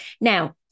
now